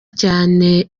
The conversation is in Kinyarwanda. cyane